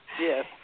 Yes